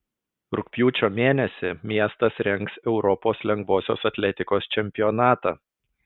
rugpjūčio mėnesį miestas rengs europos lengvosios atletikos čempionatą